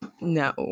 no